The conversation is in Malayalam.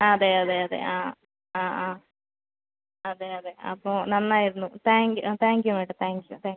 അതെ അതെ അതെ ആ ആ ആ അതെ അതെ അപ്പോൾ നന്നായിരുന്നു താങ്ക് യു ആ thank you madam thank you thank U